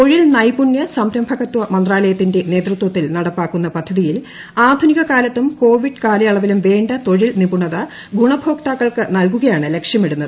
തൊഴിൽ നൈപുണ്യ സംരംഭകത്വ മന്ത്രാലയത്തിന്റെ നേതൃത്വത്തിൽ നടപ്പാക്കുന്ന പദ്ധതിയിൽ ആധുനിക കാലത്തും കോവിഡ് കാലയളവിലും വേണ്ട തൊഴിൽ നിപുണത ഗുണഭോക്താക്കൾക്ക് നൽകുകയാണ് ലക്ഷ്യമിടുന്നത്